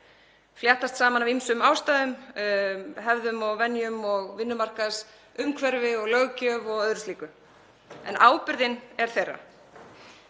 fléttast saman af ýmsum ástæðum, hefðum og venjum og vinnumarkaðsumhverfi og löggjöf og öðru slíku. En ábyrgðin er þeirra.